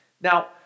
Now